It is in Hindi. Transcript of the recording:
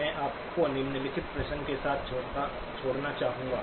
मैं आपको निम्नलिखित प्रश्न के साथ छोड़ना चाहूंगा